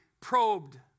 probed